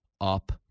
up